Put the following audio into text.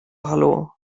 hallo